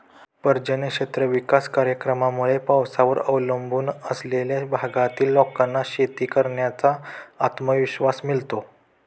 पर्जन्य क्षेत्र विकास कार्यक्रमामुळे पावसावर अवलंबून असलेल्या भागातील लोकांना शेती करण्याचा आत्मविश्वास मिळतो